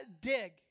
dig